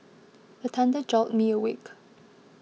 the thunder jolt me awake